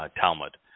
Talmud